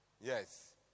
Yes